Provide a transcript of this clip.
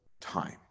time